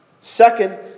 Second